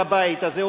בבית הזה,